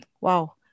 wow